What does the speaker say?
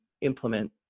implement